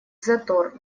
затор